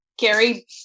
Gary